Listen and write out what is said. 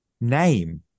name